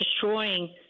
destroying